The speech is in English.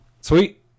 sweet